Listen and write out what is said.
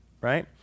right